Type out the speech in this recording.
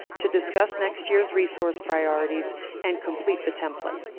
to discuss next year's resource priorities and complete the template.